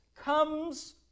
comes